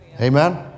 Amen